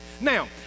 Now